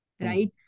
right